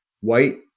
white